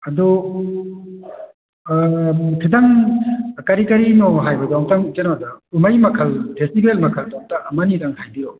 ꯑꯗꯣ ꯈꯤꯇꯪ ꯀꯔꯤ ꯀꯔꯤꯅꯣ ꯍꯥꯏꯕꯗꯣ ꯑꯝꯇꯪ ꯀꯩꯅꯣꯗ ꯀꯨꯝꯍꯩ ꯃꯈꯜ ꯐꯦꯁꯇꯤꯕꯦꯜ ꯃꯈꯜꯗꯣ ꯑꯃꯇ ꯑꯃ ꯑꯅꯤꯗꯪ ꯍꯥꯏꯕꯤꯌꯣ